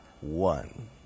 one